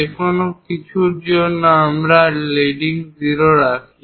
যে কোনো কিছুর জন্য আমরা লিডিং 0 রাখি